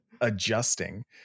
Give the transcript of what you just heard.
adjusting